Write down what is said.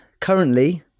Currently